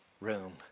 room